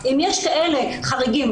אם יש כאלה חריגים,